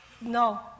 no